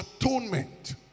atonement